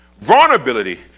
Vulnerability